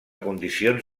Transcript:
condicions